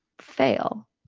fail